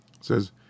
says